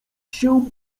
się